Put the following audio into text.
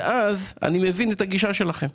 ואז אני אבין את הגישה שלכם.